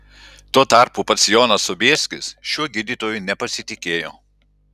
tuo tarpu pats jonas sobieskis šiuo gydytoju nepasitikėjo